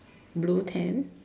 blue tent